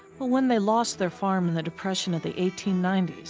but when they lost their farm in the depression of the eighteen ninety s,